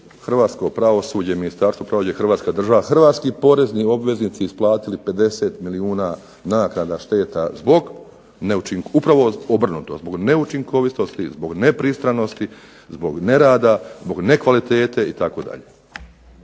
rekao i kojom je Ministarstvo pravosuđa, Hrvatski porezni obveznici isplatili 50 milijuna naknada šteta, zbog neučinkovitosti, zbog nepristranosti, zbog nerada, nekvalitete itd.